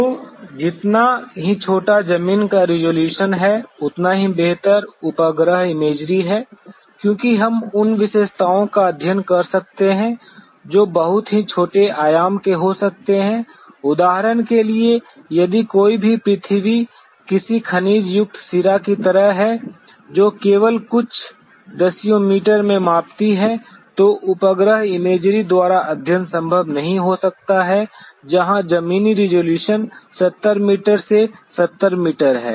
तो जितना ही छोटा जमीन का रिज़ॉल्यूशन है उतना ही बेहतर उपग्रह इमेजरी है क्योंकि हम उन विशेषताओं का अध्ययन कर सकते हैं जो बहुत छोटे आयाम के हो सकते हैं उदाहरण के लिए यदि कोई भी पृथ्वी किसी खनिज युक्त सिरा की तरह है जो केवल कुछ दसियों मीटर में मापती है तो उपग्रह इमेजरी द्वारा अध्ययन संभव नहीं हो सकता है जहां जमीनी रिज़ॉल्यूशन 70 मीटर से 70 मीटर है